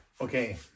Okay